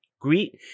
greet